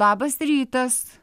labas rytas